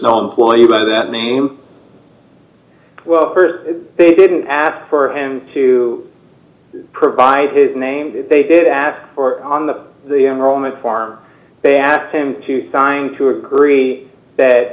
no employee by that name well st they didn't ask for him to provide his name they did ask for on the the enrollment form they asked him to sign to agree that